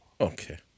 Okay